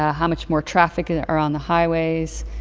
ah how much more traffic and are on the highways.